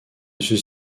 ceux